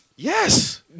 Yes